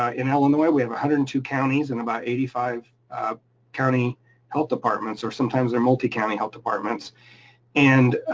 ah in illinois we have a one hundred and two counties in about eighty five county health departments, or sometimes they're multi county health departments and